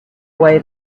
away